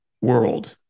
world